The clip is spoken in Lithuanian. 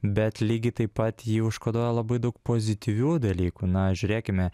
bet lygiai taip pat ji užkoduoja labai daug pozityvių dalykų na žiūrėkime